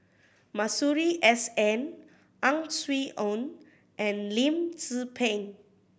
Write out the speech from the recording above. Masuri S N Ang Swee Aun and Lim Tze Peng